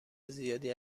زیادی